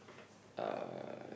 uh